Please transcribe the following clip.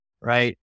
right